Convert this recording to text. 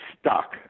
stuck